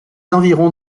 environs